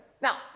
Now